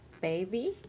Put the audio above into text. baby